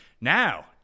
now